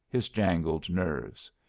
his jangled nerves.